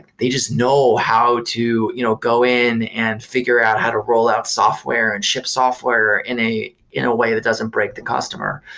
they just know how to you know go in and figure out how to rollout software and ship software in a in a way that doesn't break the customer.